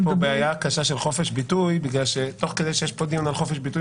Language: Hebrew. בעיה של חופש ביטוי כי תוך כדי שיש פה דיון על חופש ביטוי,